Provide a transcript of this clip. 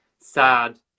sad